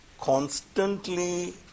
Constantly